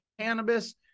cannabis